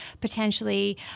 potentially